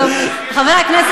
לא היחיד.